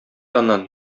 аннан